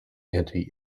anti